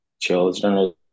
children